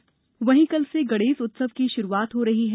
गणेश उत्सव कल से गणेश उत्सव की शुरूआत हो रही है